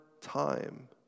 time